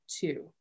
two